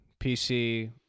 pc